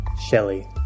Shelley